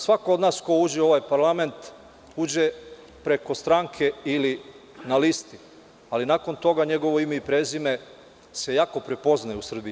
Svako od nas ko uđe u ovaj parlament uđe preko stranke ili na listi, ali nakon toga njegovo ime i prezime se jako prepoznaje u Srbiji.